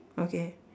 okay